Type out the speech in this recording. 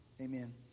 Amen